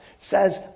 says